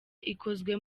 ikozwe